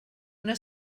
una